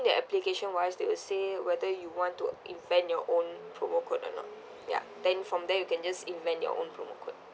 the application-wise they will say whether you want to invent your own promo code or not yeah then from there you can just invent your own promo code